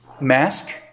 mask